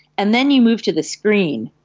and then you move to the screen,